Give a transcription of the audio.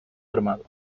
armado